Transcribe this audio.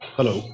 Hello